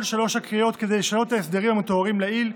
שלוש הקריאות כדי לשנות את ההסדרים המתוארים לעיל,